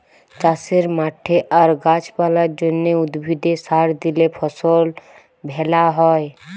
চাষের মাঠে আর গাছ পালার জন্যে, উদ্ভিদে সার দিলে ফসল ভ্যালা হয়